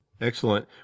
Excellent